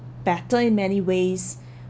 better in many ways